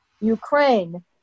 Ukraine